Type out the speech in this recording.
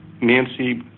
Nancy